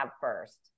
first